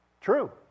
True